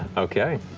okay.